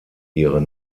ihre